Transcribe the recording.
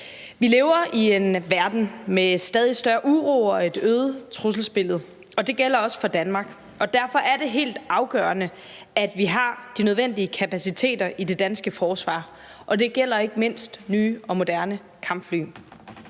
Vi lever i en verden med stadig større uro og et øget trusselsbillede. Det gælder også for Danmark. Derfor er det helt afgørende, at vi har de nødvendige kapaciteter i det danske forsvar. Det gælder ikke mindst nye og moderne kampfly.